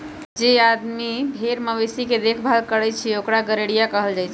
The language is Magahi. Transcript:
जे आदमी भेर मवेशी के देखभाल करई छई ओकरा गरेड़िया कहल जाई छई